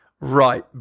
Right